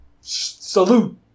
Salute